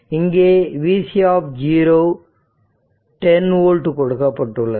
இங்கே vc 10 volt கொடுக்கப்பட்டுள்ளது